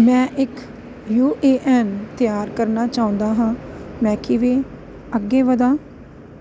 ਮੈਂ ਇੱਕ U A N ਤਿਆਰ ਕਰਨਾ ਚਾਹੁੰਦਾ ਹਾਂ ਮੈਂ ਕਿਵੇਂ ਅੱਗੇ ਵਧਾਂ